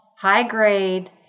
high-grade